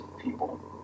people